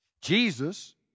Jesus